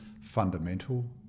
fundamental